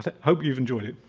ah hope you've enjoyed it.